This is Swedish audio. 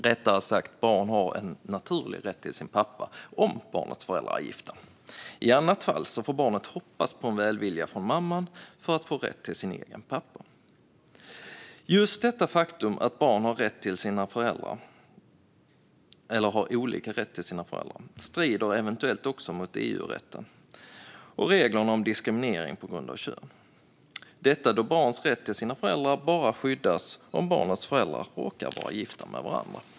Rättare sagt har barn bara en naturlig rätt till sin pappa om barnets föräldrar är gifta. I annat fall får barnet hoppas på en välvilja från mamman för att få rätt till sin egen pappa. Just detta faktum, att barn har olika rätt till sina föräldrar, strider eventuellt också mot EU-rätten och reglerna om diskriminering på grund av kön, detta då barnets rätt till sina föräldrar bara skyddas om barnets föräldrar råkar vara gifta med varandra.